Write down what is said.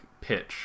pitch